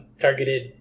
targeted